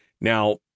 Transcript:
Now